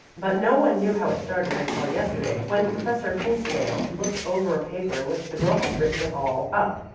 but no one knew how it started until yesterday when professor hinsdale looked over a paper in which the girl had written it all up,